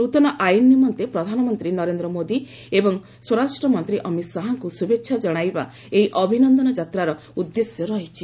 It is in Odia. ନୂତନ ଆଇନ ନିମନ୍ତେ ପ୍ରଧାନମନ୍ତ୍ରୀ ନରେନ୍ଦ୍ର ମୋଦି ଏବଂ ସ୍ୱରାଷ୍ଟ୍ରମନ୍ତ୍ରୀ ଅମିତ ଶାହାଙ୍କୁ ଶୁଭେଚ୍ଛା ଜଣାଇବା ହେଉଛି ଏହି ଅଭିନନ୍ଦନ ଯାତ୍ୱାର ଉଦ୍ଦେଶ୍ୟ ରହିଛି